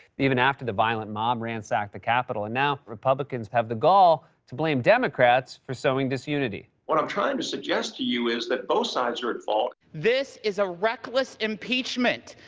even after the violent mob ransacked the capitol. and now republicans have the gall to blame democrats for sowing disunity. what i'm trying to suggest to you is that both sides are at fault. this is a reckless impeachment.